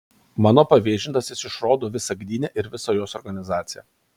mano pavėžintas jis išrodo visą gdynę ir visą jos organizaciją